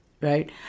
right